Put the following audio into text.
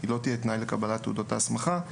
ולא תנאי לקבלת תעודות ההסמכה.